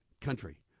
country